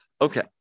Okay